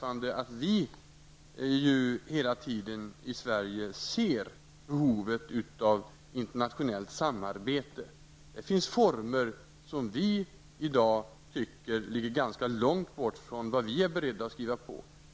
Vi i Sverige ser ju hela tiden behovet av internationellt samarbete. Det finns former som vi i dag anser ligga ganska långt ifrån vad vi är beredda att skriva på.